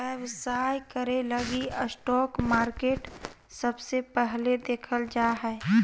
व्यवसाय करे लगी स्टाक मार्केट सबसे पहले देखल जा हय